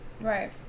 right